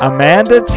Amanda